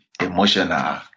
emotional